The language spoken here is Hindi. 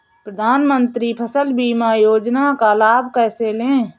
प्रधानमंत्री फसल बीमा योजना का लाभ कैसे लें?